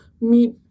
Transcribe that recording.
meet